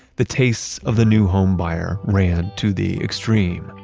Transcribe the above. the tastes of the new home buyer ran to the extreme.